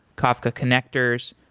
kafka connectors,